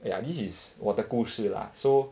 ya this is 我的故事 lah so